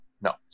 no